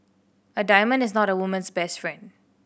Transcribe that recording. a diamond is not a woman's best friend